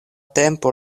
tempo